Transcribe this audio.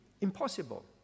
Impossible